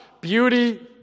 beauty